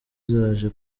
zaje